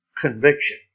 conviction